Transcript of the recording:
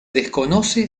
desconoce